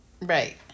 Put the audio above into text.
Right